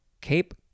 cape